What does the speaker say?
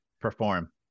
perform